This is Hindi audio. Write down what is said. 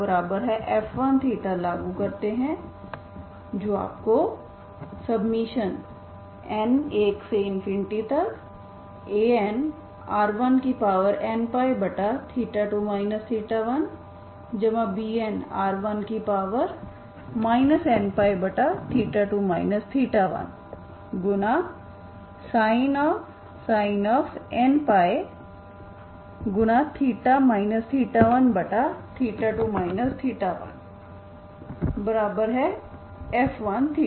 अब आप ur1θf1θ लागू करते हैं जो आपको n1Anr1nπ2 1Bnr1 nπ2 1sin nπθ 12 1 f1θ